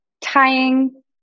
tying